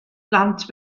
blant